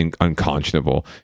unconscionable